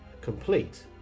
complete